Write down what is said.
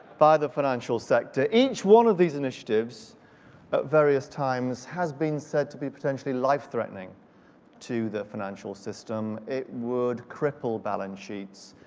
by the financial sector. each one of these initiatives at various times has been said to be potentially life-threatening to the financial system. it would cripple balance sheets,